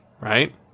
right